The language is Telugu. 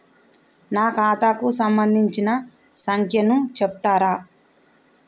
నా ఖాతా కు సంబంధించిన సంఖ్య ను చెప్తరా?